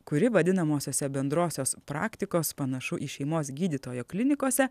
kuri vadinamosiose bendrosios praktikos panašu į šeimos gydytojo klinikose